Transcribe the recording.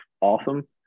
awesome